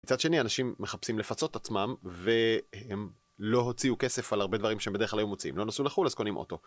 מצד שני, אנשים מחפשים לפצות עצמם, והם לא הוציאו כסף על הרבה דברים שהם בדרך כלל העו מוציאים. הם לא נסעו לחו"ל, אז קונים אוטו.